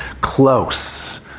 close